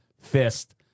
fist